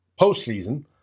postseason